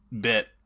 bit